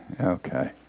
Okay